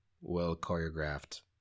well-choreographed